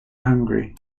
hungary